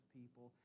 people